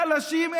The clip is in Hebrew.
חלשים.